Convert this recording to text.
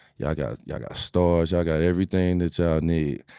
y'all got y'all got stars. y'all got everything that y'all need.